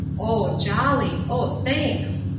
oh, jolly! oh, thanks!